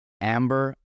Amber